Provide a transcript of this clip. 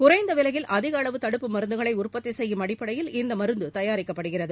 குறைந்த விலையில் அதிக அளவு தடுப்பு மருந்துகளை உற்பத்தி செய்யும் அடிப்படையில் இந்த மருந்து தயாரிக்கப்படுகிறது